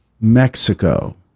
mexico